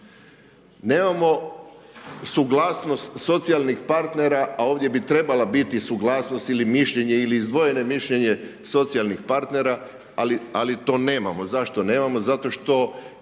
Nemamo suglasnost socijalnih partnera, a ovdje bi trebala biti suglasnost ili mišljenje, ili izdvojeno mišljenje socijalnih partnera, ali to nemamo. Zašto nemamo? Zato što